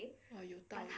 oh 有道理